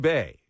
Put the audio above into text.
Bay